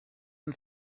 and